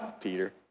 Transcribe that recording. Peter